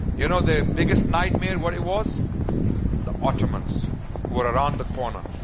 you know the biggest nightmare what it was the ottomans. who were around the corner.